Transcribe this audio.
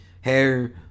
Hair